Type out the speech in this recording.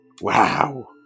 Wow